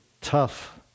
tough